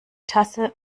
tasse